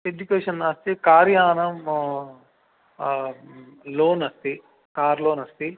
education नास्ति कार्यानं loan अस्ति कार् लोन् अस्ति